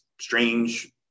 strange